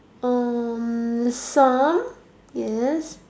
hmm some yes